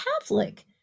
Catholic